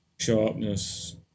sharpness